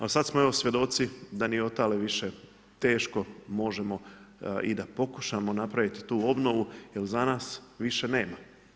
Ali sada smo evo svjedoci da ni od tamo više teško možemo i da pokušamo napraviti tu obnovu jer za nas više nema.